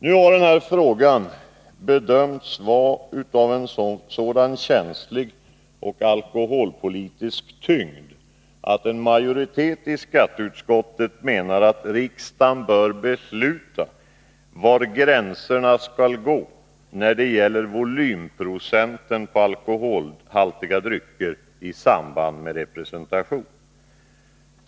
Nu har den här frågan bedömts vara av sådan känslighet och alkoholpolitisk tyngd att en majoritet i skatteutskottet menar att riksdagen bör besluta var gränserna skall gå när det gäller volymprocenten på alkoholhaltiga drycker i samband med representation.